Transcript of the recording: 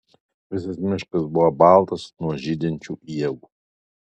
visas miškas buvo baltas nuo žydinčių ievų